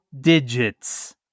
digits